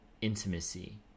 intimacy